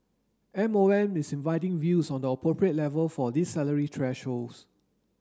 M O M is inviting views on the appropriate level for these salary thresholds